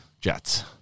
Jets